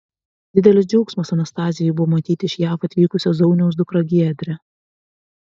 didelis džiaugsmas anastazijai buvo matyti iš jav atvykusią zauniaus dukrą giedrę